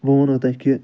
بہٕ وَنہو تۄہہِ کہِ